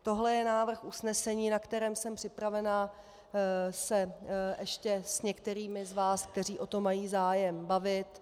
Tohle je návrh usnesení, o kterém jsem připravena se ještě s některými z vás, kteří o to mají zájem, bavit.